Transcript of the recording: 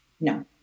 No